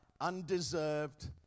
undeserved